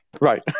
right